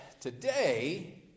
Today